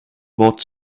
bought